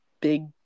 Big